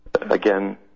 again